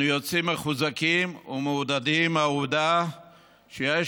אנחנו יוצאים מחוזקים ומעודדים מהעובדה שיש